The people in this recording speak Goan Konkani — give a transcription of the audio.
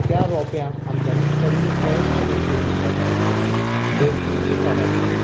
त्या रोप्यांक आमच्यांनी कलमां सहज तरेन करूंक जातात दसणिचीं झाडां आसात